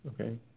okay